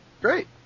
Great